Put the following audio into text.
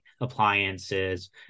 appliances